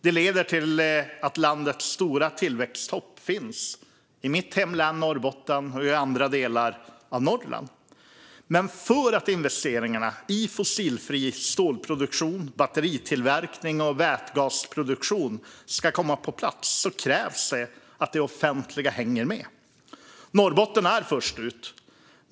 Det leder till att landets stora tillväxttopp finns i mitt hemlän Norrbotten och i andra delar av Norrland. För att investeringarna i fossilfri stålproduktion, batteritillverkning och vätgasproduktion ska komma på plats krävs det att det offentliga hänger med. Norrbotten är först ut.